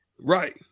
right